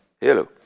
Hello